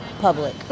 public